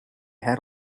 had